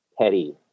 petty